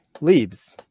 leaves